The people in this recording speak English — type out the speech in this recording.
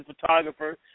photographer